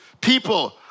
people